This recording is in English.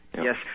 Yes